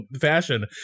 fashion